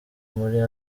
muri